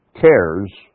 cares